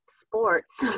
sports